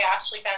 Ashley